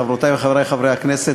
חברותי וחברי חברי הכנסת,